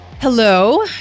Hello